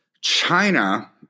China